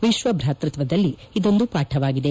ವಿಕ್ವ ಭಾತೃತ್ವದಲ್ಲಿ ಇದೊಂದು ಪಾಠವಾಗಿದೆ